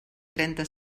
trenta